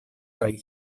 kaj